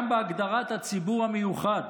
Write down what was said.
גם בהגדרת הציבור המיוחד